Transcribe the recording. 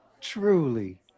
truly